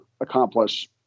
accomplish